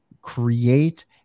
create